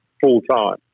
full-time